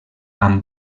amb